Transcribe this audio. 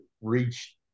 reached